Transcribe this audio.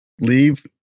leave